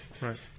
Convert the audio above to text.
right